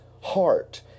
heart